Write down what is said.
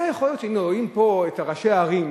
היה יכול להיות שהיינו רואים פה את ראשי הערים,